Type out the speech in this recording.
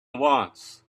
wants